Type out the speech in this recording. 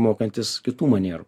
mokantis kitų manierų